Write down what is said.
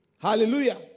Hallelujah